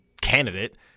candidate